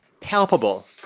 Palpable